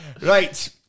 right